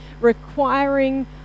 requiring